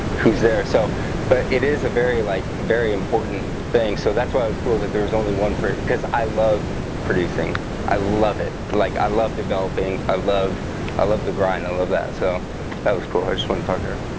who's there so but it is a very like very? important thing so that's why i was cool that there was only one person because i love producing i love it like i love developing. i love i love the grind. i love that so that was cool just one fucker.